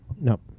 No